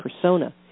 persona